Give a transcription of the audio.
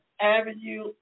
avenue